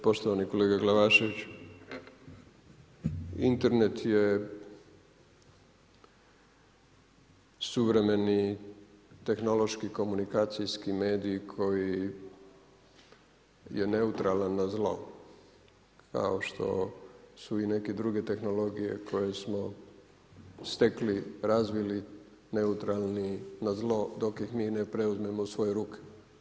Poštovani kolega Glavašević, internet je suvremeni tehnološki komunikacijski medij koji je neutralan na zlo kao što su i neke druge tehnologije koje smo stekli, razvili neutralni na zlo dok ih mi ne preuzmemo u svoje ruke.